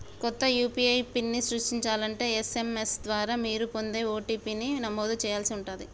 కొత్త యూ.పీ.ఐ పిన్ని సృష్టించాలంటే ఎస్.ఎం.ఎస్ ద్వారా మీరు పొందే ఓ.టీ.పీ ని నమోదు చేయాల్సి ఉంటాది